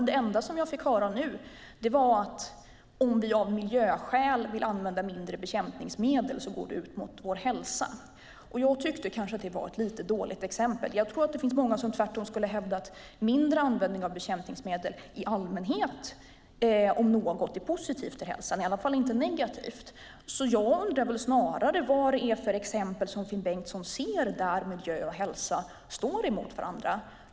Det enda som jag fick höra nu är att om vi av miljöskäl vill använda mindre bekämpningsmedel går det ut över vår hälsa. Jag tyckte att det var ett lite dåligt exempel. Jag tror att många tvärtom hävdar att mindre användning av bekämpningsmedel i allmänhet är positivt för hälsan, i alla fall inte negativt. Jag undrar snarare vad det är för exempel Finn Bengtsson ser där miljö och hälsa står mot varandra.